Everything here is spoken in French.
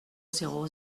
zéro